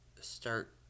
start